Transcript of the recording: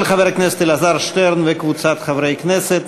של חבר הכנסת אלעזר שטרן וקבוצת חברי כנסת?